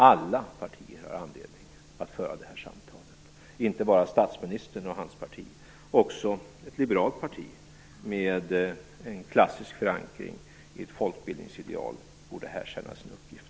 Alla partier har anledning att föra det här samtalet, inte bara statsministern och hans parti. Också ett liberalt parti med en klassisk förankring i ett folkbildningsideal borde här känna sin uppgift.